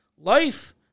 life